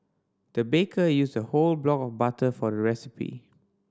the baker used a whole block of butter for recipe